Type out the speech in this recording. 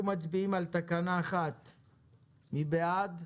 אנחנו מצביעים על תקנה 1. מי בעד?